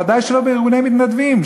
ודאי שלא בארגוני מתנדבים,